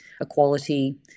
equality